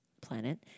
planet